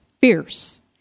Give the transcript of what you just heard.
fierce